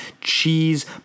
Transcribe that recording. cheese